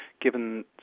given